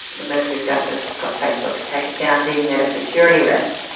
the ministry of justice got facebook to take it down, deeming it a security risk.